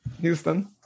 houston